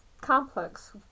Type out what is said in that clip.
complex